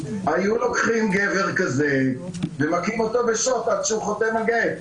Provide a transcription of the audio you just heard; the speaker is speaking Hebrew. היו לוקחים גבר כזה ומכים אותו בשוט עד שהוא חותם על גט,